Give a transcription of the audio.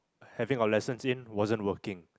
having our lessons in wasn't working